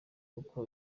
uko